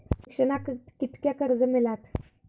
शिक्षणाक कीतक्या कर्ज मिलात?